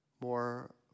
more